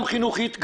גם חינוכית,